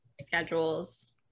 schedules